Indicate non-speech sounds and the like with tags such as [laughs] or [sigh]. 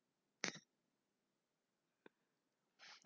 [laughs]